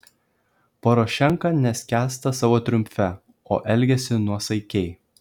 porošenka neskęsta savo triumfe o elgiasi nuosaikiai